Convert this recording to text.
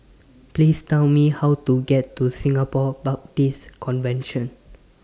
Please Tell Me How to get to Singapore Baptist Convention